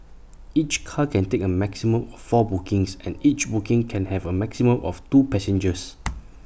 each car can take A maximum of four bookings and each booking can have A maximum of two passengers